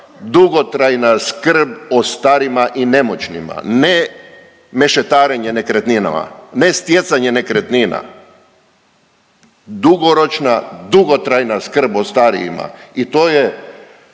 dugotrajna skrb o starima i nemoćnima, ne mešetarenje nekretninama, ne stjecanje nekretnina, dugoročna, dugotrajna skrb o starijima i to je